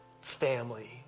family